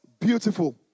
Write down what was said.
beautiful